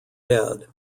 dead